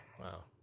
wow